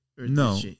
No